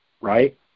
Right